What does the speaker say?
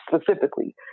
specifically